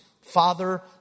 Father